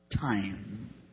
Time